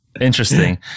interesting